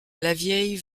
lavieille